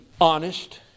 honest